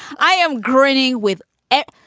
i am grinning with it.